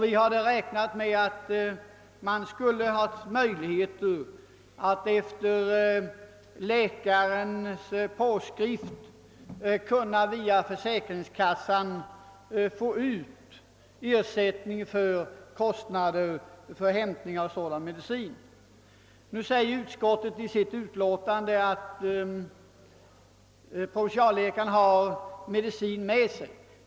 Vi hade räknat med möjligheten att efter läkares påskrift hos försäkringskassan kunna få ut ersättning för kostnader för hämtning av sådan medicin. Nu säger utskottet i sitt utlåtande att provinsialläkaren har medicin med sig.